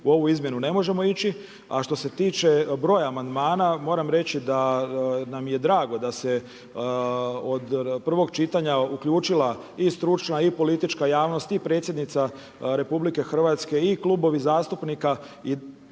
u ovu izmjenu ne možemo ići, a što se tiče broja amandmana, moram reći da nam je drago da se od prvog čitanja uključila i stručna i politička javnost i Predsjednica RH i klubovi zastupnika,